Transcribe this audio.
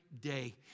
day